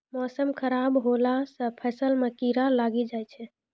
मौसम खराब हौला से फ़सल मे कीड़ा लागी जाय छै?